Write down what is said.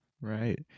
right